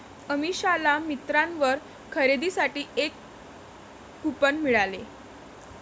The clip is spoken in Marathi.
अमिषाला मिंत्रावर खरेदीसाठी एक कूपन मिळाले